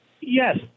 Yes